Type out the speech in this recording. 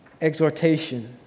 exhortation